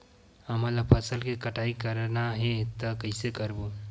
हमन ला फसल के कटाई करना हे त कइसे करबो?